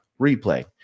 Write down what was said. replay